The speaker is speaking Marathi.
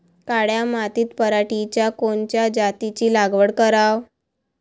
काळ्या मातीत पराटीच्या कोनच्या जातीची लागवड कराव?